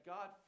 God